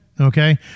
okay